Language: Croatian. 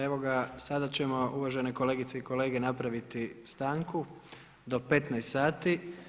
Evo sada ćemo uvažene kolegice i kolege napraviti stanku do 15,00 sati.